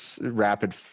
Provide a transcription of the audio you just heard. rapid